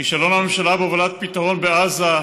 כישלון הממשלה בהובלת פתרון בעזה,